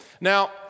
Now